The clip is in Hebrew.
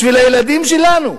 בשביל הילדים שלנו,